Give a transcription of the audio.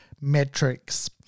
metrics